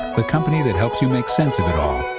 the company that helps you make sense of it all,